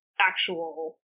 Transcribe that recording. actual